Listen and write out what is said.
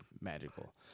magical